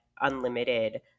unlimited